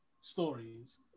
stories